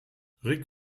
rick